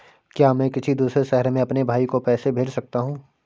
क्या मैं किसी दूसरे शहर में अपने भाई को पैसे भेज सकता हूँ?